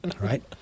right